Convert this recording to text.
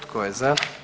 Tko je za?